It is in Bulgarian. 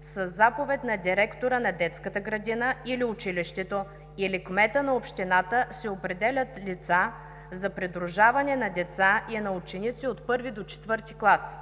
със заповед на директора на детската градина или училището, или кмета на общината се определят лица за придружаване на деца и ученици от първи до четвърти клас